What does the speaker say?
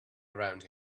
around